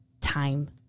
time